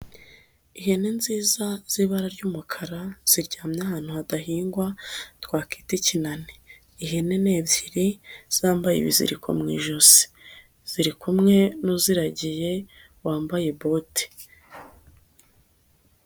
Ihene nziza z'ibara ry'umukara ziryamye ahantu hadahingwa twakwita ikinani, ihene ni ebyiri zambaye ibiziriko mu ijosi ziri kumwe n'uziragiye wambaye bote.